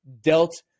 dealt